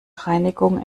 reinigung